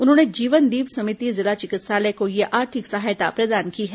उन्होंने जीवनदीप समिति जिला चिकित्सालय को यह आर्थिक सहायता प्रदान की है